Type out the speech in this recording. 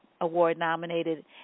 award-nominated